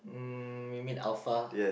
um you mean alpha